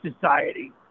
society